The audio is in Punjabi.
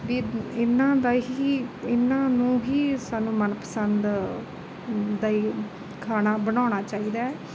ਵੀ ਇਹਨਾਂ ਦਾ ਹੀ ਇਹਨਾਂ ਨੂੰ ਹੀ ਸਾਨੂੰ ਮਨਪਸੰਦ ਦਾ ਹੀ ਖਾਣਾ ਬਣਾਉਣਾ ਚਾਹੀਦਾ ਹੈ